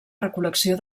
recol·lecció